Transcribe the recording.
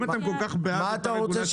אם אתם כל כך בעד אותה רגולציה,